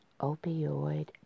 opioid